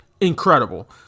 incredible